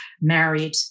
married